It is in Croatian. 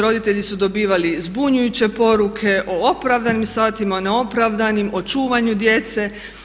Roditelji su dobivali zbunjujuće poruke o opravdanim satima, o neopravdanim, o čuvanju djece.